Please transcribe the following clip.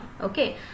Okay